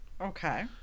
Okay